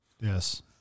Yes